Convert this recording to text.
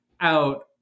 out